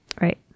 right